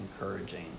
encouraging